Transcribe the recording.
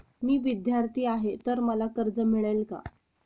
मी विद्यार्थी आहे तर मला कर्ज मिळेल का?